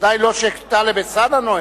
ודאי לא כאשר טלב אלסאנע נואם.